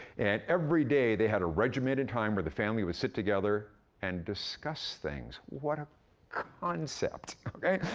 and every day they had a regimented time where the family would sit together and discuss things. what a concept, okay?